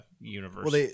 universe